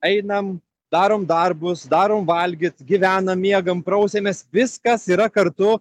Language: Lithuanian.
einam darom darbus darom valgyt gyvenam miegam prausiamės viskas yra kartu